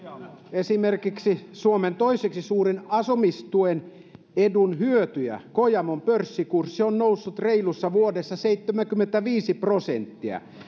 esimerkiksi suomen toiseksi suurimman asumistuen edun hyötyjän kojamon pörssikurssi on noussut reilussa vuodessa seitsemänkymmentäviisi prosenttia